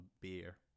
beer